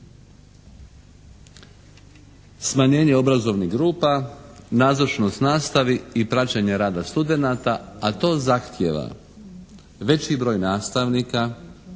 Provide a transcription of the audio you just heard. smanjenje obrazovnih grupa, nazočnost nastavi i praćenje rada studenata a to zahtijeva: veći broj nastavnika,